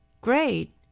Great